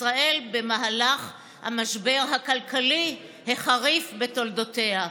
ישראל במהלך המשבר הכלכלי החריף בתולדותיה.